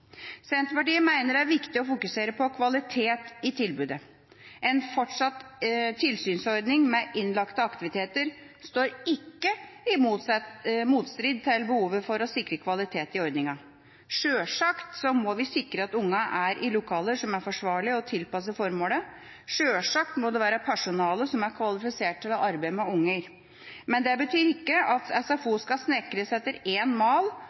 Senterpartiet mener det er viktig å fokusere på kvalitet i tilbudet. En fortsatt tilsynsordning med innlagte aktiviteter står ikke i motstrid til behovet for å sikre kvalitet i ordningen. Selvsagt må vi sikre at ungene er i lokaler som er forsvarlige og tilpasset formålet. Selvsagt må det være personale som er kvalifisert til å arbeide med unger. Men det betyr ikke at SFO skal snekres etter én mal